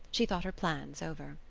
she thought her plans over.